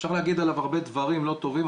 אפשר להגיד עליו הרבה דברים לא טובים,